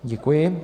Děkuji.